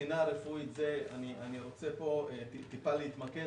אני רוצה להתמקד.